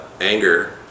anger